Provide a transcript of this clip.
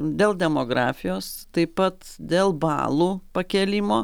dėl demografijos taip pat dėl balų pakėlimo